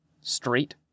straight